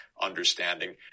understanding